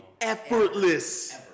Effortless